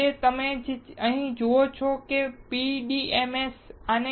અંતે તમે જે અહીં જુઓ છો તે PDMS છે